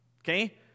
okay